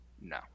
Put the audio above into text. No